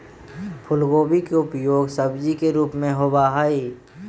फूलगोभी के उपयोग सब्जी के रूप में होबा हई